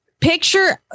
picture